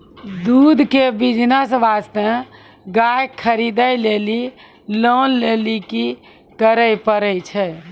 दूध के बिज़नेस वास्ते गाय खरीदे लेली लोन लेली की करे पड़ै छै?